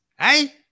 Hey